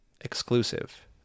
exclusive